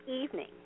evening